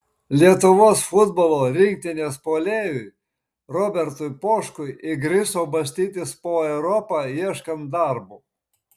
lietuvos futbolo rinktinės puolėjui robertui poškui įgriso bastytis po europą ieškant darbo